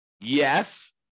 Yes